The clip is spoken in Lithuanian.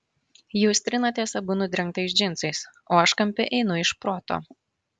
jūs trinatės abu nudrengtais džinsais o aš kampe einu iš proto